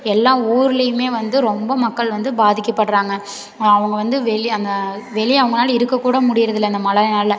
எல்லா ஊர்லேயுமே வந்து ரொம்ப மக்கள் வந்து பாதிக்கப்படுறாங்க அவங்க வந்து வெளியே அந்த வெளியே அவங்களால இருக்கக்கூட முடியறதில்லை இந்த மழைனால